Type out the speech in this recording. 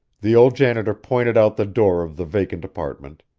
the old janitor pointed out the door of the vacant apartment,